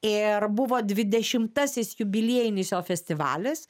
ir buvo dvidešimtasis jubiliejinis jo festivalis